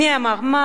מי אמר מה,